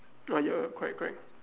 oh ya correct correct